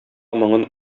моңын